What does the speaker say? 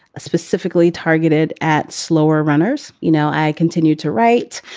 specifically targeted at slower runners. you know, i continue to write,